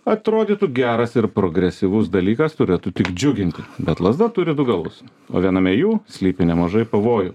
atrodytų geras ir progresyvus dalykas turėtų tik džiuginti bet lazda turi du galus o viename jų slypi nemažai pavojų